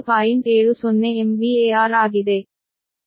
70 MVAR ಆಗಿದೆ